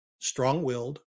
strong-willed